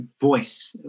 voice